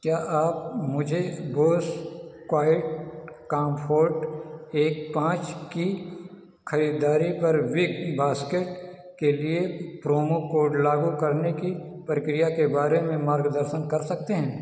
क्या आप मुझे बोस क्वाइटकॉम्फोर्ट एक पाँच की खरीदारी पर विगबास्केट के लिए प्रोमो कोड लागू करने की प्रक्रिया के बारे में मार्गदर्शन कर सकते हैं